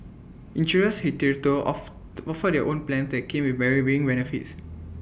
insurers hitherto of offered their own plans that came with varying benefits